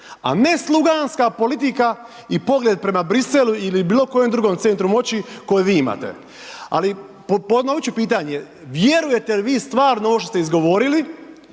a ne sluganska politika i pogled prema Bruxellesu ili bilo kojem drugom centru moći koje vi imate. Ali ponovit ću pitanje. Vjerujete li vi stvarno ovo što ste izgovorili